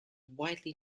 widely